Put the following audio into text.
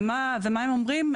ומה הם אומרים?